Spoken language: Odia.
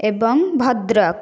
ଏବଂ ଭଦ୍ରକ